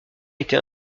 été